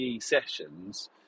sessions